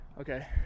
Okay